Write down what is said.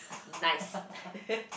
nice